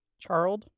Charles